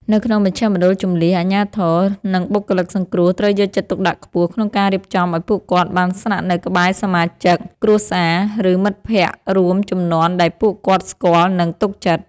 នៅក្នុងមជ្ឈមណ្ឌលជម្លៀស អាជ្ញាធរ និងបុគ្គលិកសង្គ្រោះត្រូវយកចិត្តទុកដាក់ខ្ពស់ក្នុងការរៀបចំឱ្យពួកគាត់បានស្នាក់នៅក្បែរសមាជិកគ្រួសារ ឬមិត្តភក្ដិរួមជំនាន់ដែលពួកគាត់ស្គាល់ និងទុកចិត្ត។